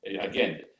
again